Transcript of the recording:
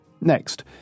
Next